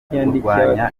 kurwanya